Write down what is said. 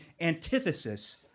antithesis